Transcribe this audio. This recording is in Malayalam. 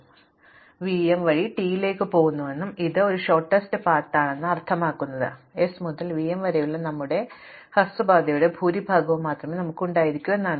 അതിനാൽ ഞാൻ v m വഴി t ലേക്ക് പോകുന്നുവെന്നതും ഇത് ഒരു ഹ്രസ്വമായ പാതയാണെന്നതും അർത്ഥമാക്കുന്നത് s മുതൽ v m വരെയുള്ള നമ്മുടെ ഹ്രസ്വ പാതയുടെ ഭൂരിഭാഗവും മാത്രമേ നമുക്ക് ഉണ്ടായിരിക്കൂ എന്നാണ്